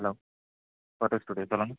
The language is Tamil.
ஹலோ போட்டோ ஸ்டூடியோ சொல்லுங்கள்